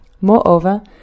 Moreover